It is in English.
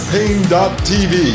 Pain.tv